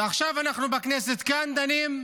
ועכשיו אנחנו בכנסת, כאן, דנים,